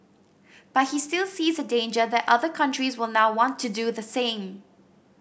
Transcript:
but he still sees a danger that other countries will now want to do the same